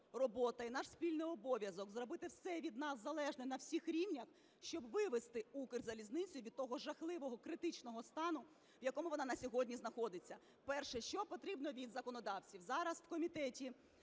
робота і наш спільний обов'язок – зробити все від нас залежне на всіх рівнях, щоб вивести Укрзалізницю з того жахливого критичного стану, в якому вона на сьогодні знаходиться. Перше, що потрібно від законодавців. Зараз в комітеті